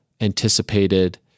anticipated